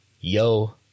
Yo